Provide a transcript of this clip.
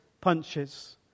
punches